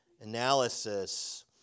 analysis